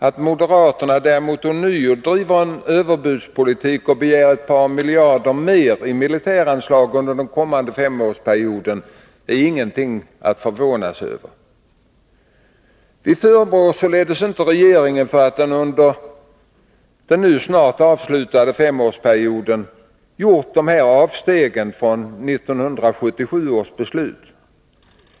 Att moderaterna däremot ånyo driver en överbudspolitik och begär ett par miljarder mer i militäranslag under den kommande femårsperioden är inget att förvåna sig över. Vi förebrår således inte regeringen för att den under den nu snart avslutade femårsperioden har gjort dessa avsteg från 1977 års beslut.